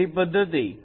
તો પહેલી પદ્ધતિ